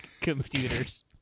computers